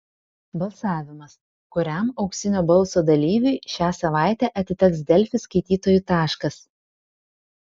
balsavimas kuriam auksinio balso dalyviui šią savaitę atiteks delfi skaitytojų taškas